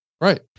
right